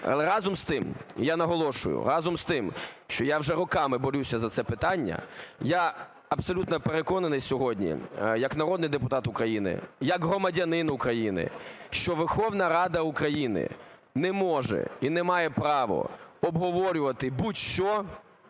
разом з тим, я наголошую, разом з тим, що я вже роками борюся за це питання, я абсолютно переконаний сьогодні як народний депутат України, як громадянин України, що Верховна Рада України не може і не має права обговорювати будь-що,